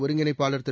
ஒருங்கிணைப்பாளர் திரு